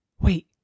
Wait